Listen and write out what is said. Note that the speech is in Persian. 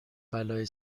بلایی